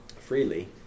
freely